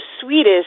sweetest